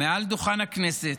מעל דוכן הכנסת: